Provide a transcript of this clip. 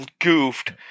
goofed